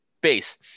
base